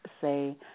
say